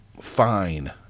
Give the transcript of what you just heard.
fine